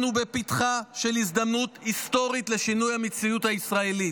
אנחנו בפתחה של הזדמנות היסטורית לשינוי המציאות הישראלית,